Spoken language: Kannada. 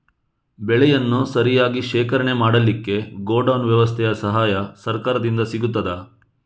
ಬೆಳೆಯನ್ನು ಸರಿಯಾಗಿ ಶೇಖರಣೆ ಮಾಡಲಿಕ್ಕೆ ಗೋಡೌನ್ ವ್ಯವಸ್ಥೆಯ ಸಹಾಯ ಸರಕಾರದಿಂದ ಸಿಗುತ್ತದಾ?